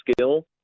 skill